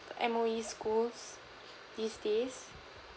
M_O_E schools these days